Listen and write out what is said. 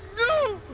no,